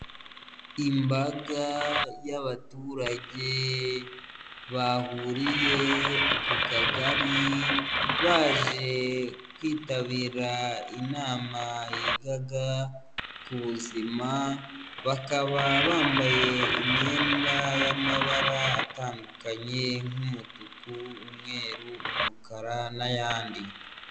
Imbaga y'abaturage bahuriye ku kagari baje kwitabira inama yigaga ku buzima bakaba bambaye imyenda y'amabara atandukanye nk'umutuku, umweru, umukara n'ayandi.